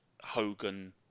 Hogan